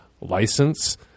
license